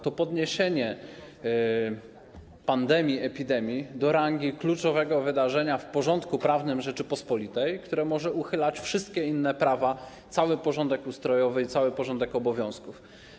To podniesienie pandemii, epidemii do rangi kluczowego wydarzenia w porządku prawnym Rzeczypospolitej, wydarzenia, które może uchylać wszystkie prawa, cały porządek ustrojowy i cały porządek obowiązków.